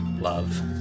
love